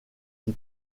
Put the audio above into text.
qui